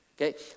Okay